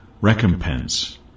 recompense